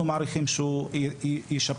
אנחנו מעריכים שהוא ישפר.